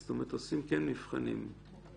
זאת אומרת שכן עושים מבחנים לבדוק.